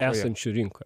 esančių rinkoj